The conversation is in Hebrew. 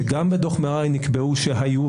שגם בדוח מררי נקבע שהיו,